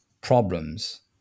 problems